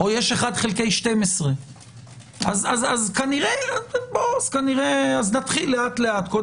או יש 1 חלקי 12. נתחיל לאט-לאט.